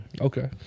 Okay